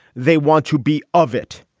they want to be of it.